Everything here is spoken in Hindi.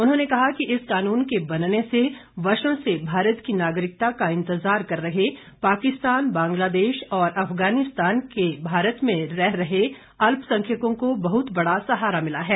उन्होंने कहा कि इस कानून के बनने से वर्षो से भारत की नागरिकता का इंतजार कर रहे पाकिस्तान बांग्लादेश और अफगानिस्तान के भारत में रह रहे अल्प संख्यकों को बहुत बड़ा सहारा मिला है